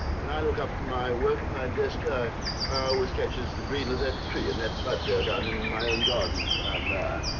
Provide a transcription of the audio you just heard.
when i look up from my work at my desk, my ah eye always catches the green of that tree and that bud there down in my own garden down